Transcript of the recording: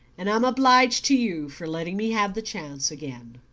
and i'm obliged to you for letting me have the chance again.